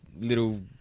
little